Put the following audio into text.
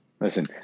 Listen